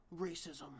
Racism